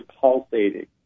pulsating